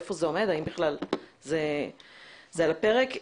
איפה זה עומד והאם בכלל זה על הפרק?